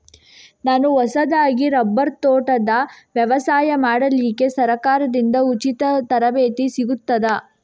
ನಾನು ಹೊಸದಾಗಿ ರಬ್ಬರ್ ತೋಟದ ವ್ಯವಸಾಯ ಮಾಡಲಿಕ್ಕೆ ಸರಕಾರದಿಂದ ಉಚಿತ ತರಬೇತಿ ಸಿಗುತ್ತದಾ?